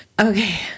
Okay